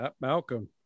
Malcolm